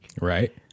Right